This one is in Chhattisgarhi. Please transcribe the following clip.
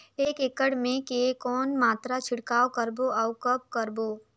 एक एकड़ मे के कौन मात्रा छिड़काव करबो अउ कब करबो?